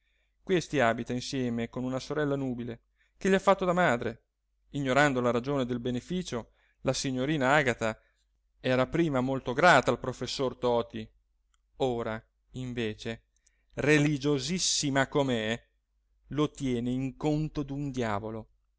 questi abita insieme con una sorella nubile che gli ha fatto da madre ignorando la ragione del beneficio la signorina agata era prima molto grata al professor toti ora invece religiosissima com'è lo tiene in conto d'un diavolo